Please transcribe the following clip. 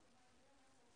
מעקב.